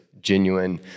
genuine